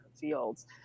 fields